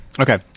Okay